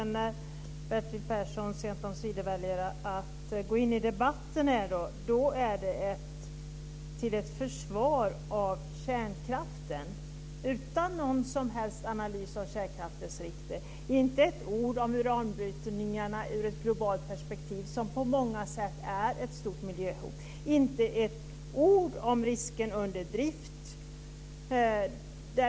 När Bertil Persson sent omsider väljer att gå in i debatten är det till försvar för kärnkraften, utan någon som helst analys av kärnkraftens risker. Han säger inte ett ord om uranbrytning ur ett globalt perspektiv, som på många sätt är ett miljöhot. Han säger inte ett ord om risken under drift.